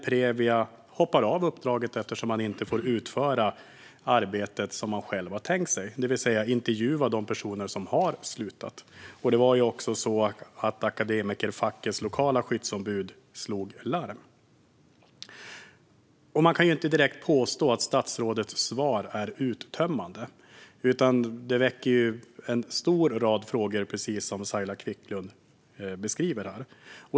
Previa hoppade av uppdraget eftersom man inte fick utföra arbetet som man själv tänkt sig, det vill säga intervjua de personer som slutat. Det var också så att akademikerfackets lokala skyddsombud slog larm. Man kan inte direkt påstå att statsrådets interpellationssvar är uttömmande. Det väcker en lång rad frågor, precis som Saila Quicklund beskriver.